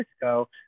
Cisco